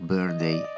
Birthday